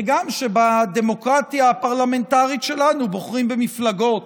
וגם שבדמוקרטיה הפרלמנטרית שלנו בוחרים במפלגות,